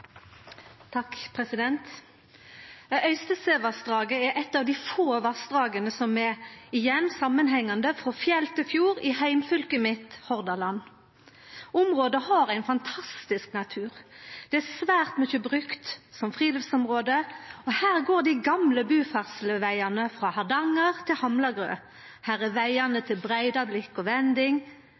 igjen samanhengande frå fjell til fjord i heimfylket mitt, Hordaland. Området har ein fantastisk natur. Det er svært mykje brukt som friluftsområde, og her går dei gamle buferdslevegane frå Hardanger til Hamlagrø. Her er vegane til Breidablikk og Vending.